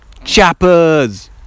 Chappers